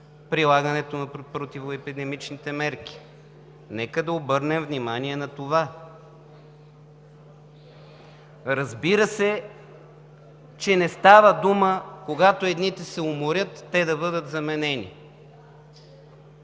прилагането на противоепидемичните мерки. Нека да обърнем внимание на това. Разбира се, че не става дума, когато едните се уморят, те да бъдат заменени.